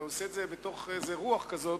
ועושה את זה בתוך רוח כזאת,